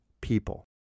people